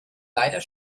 leider